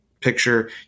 picture